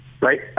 right